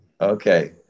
Okay